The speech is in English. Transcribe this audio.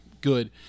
good